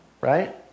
right